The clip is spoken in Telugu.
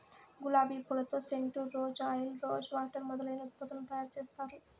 గులాబి పూలతో scent, rose oil, rose water మొదలైన ఉత్పత్తులను తయారు చేత్తారు